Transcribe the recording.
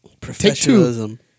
Professionalism